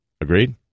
Agreed